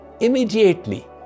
immediately